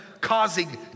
causing